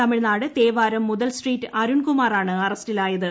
തമിഴ്നാട് തേവാരം മുതൽസ്ട്രീറ്റ് അരുൺകുമാർ ആണ് അറസ്റ്റിലായത്